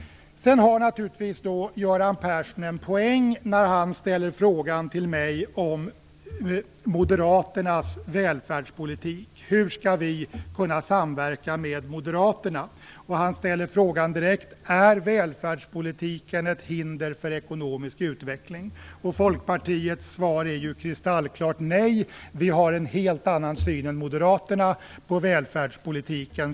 Sedan vinner Göran Persson en poäng när han ställer frågan till mig om Moderaternas välfärdspolitik. Hur skall vi i Folkpartiet kunna samverka med Moderaterna? Och han ställer frågan direkt: Är välfärdspolitiken ett hinder för ekonomisk utveckling? Folkpartiets svar är ett kristallklart nej. Vi har en helt annan syn än Moderaterna på välfärdspolitiken.